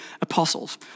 apostles